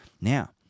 Now